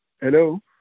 hello